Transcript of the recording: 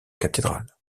cathédrale